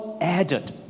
added